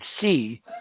see